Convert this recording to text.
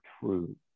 true